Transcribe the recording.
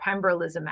pembrolizumab